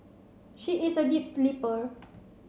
she is a deep sleeper